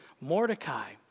Mordecai